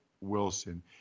Wilson